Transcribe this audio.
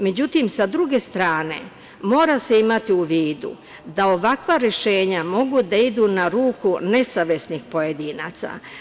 Međutim, sa druge strane mora se imati u vidu da ovakva rešenja mogu da idu na ruku nesavesnih pojedinaca.